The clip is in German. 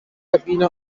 kabine